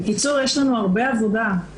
בקיצור יש לנו הרבה עבודה.